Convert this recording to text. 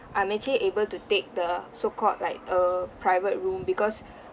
I'm actually able to take the so called like a private room because